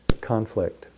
conflict